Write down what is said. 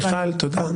תודה.